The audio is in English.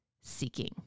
seeking